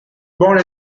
born